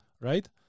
right